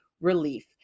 relief